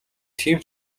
тийм